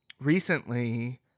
recently